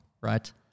right